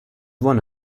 one